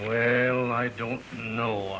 well i don't know